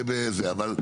אבל,